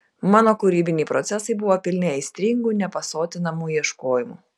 mano kūrybiniai procesai buvo pilni aistringų nepasotinamų ieškojimų